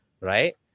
Right